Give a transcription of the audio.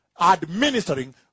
administering